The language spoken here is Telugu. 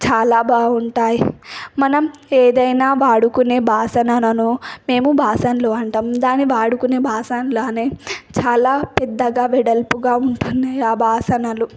చాలా బాగుంటాయి మనం ఏదైనా వాడుకునే భాసనను మేము బాసనలు అంటాము దాన్ని వాడుకునే బాసానులనే చాలా పెద్దగా వెడల్పుగా ఉంటుంది ఆ బాసనలు